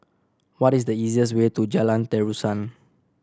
what is the easiest way to Jalan Terusan